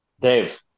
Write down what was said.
Dave